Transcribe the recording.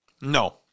No